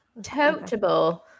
Totable